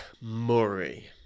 Murray